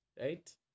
right